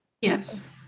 Yes